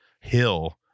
hill